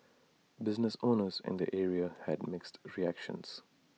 business owners in the area had mixed reactions